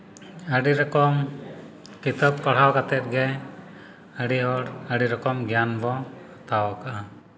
ᱟᱹᱰᱤ ᱨᱚᱠᱚᱢ ᱠᱤᱛᱟᱹᱵ ᱯᱟᱲᱦᱟᱣ ᱠᱟᱛᱮ ᱜᱮ ᱟᱹᱰᱤ ᱦᱚᱲ ᱟᱹᱰᱤ ᱨᱚᱠᱚᱢ ᱜᱮᱭᱟᱱ ᱵᱚᱱ ᱦᱟᱛᱟᱣ ᱠᱟᱜᱼᱟ